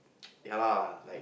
ya lah like